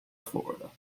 florida